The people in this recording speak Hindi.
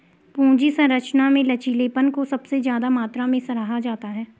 पूंजी संरचना में लचीलेपन को सबसे ज्यादा मात्रा में सराहा जाता है